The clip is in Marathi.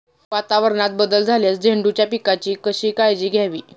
वातावरणात बदल झाल्यास झेंडूच्या पिकाची कशी काळजी घ्यावी?